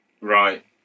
Right